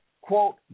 quote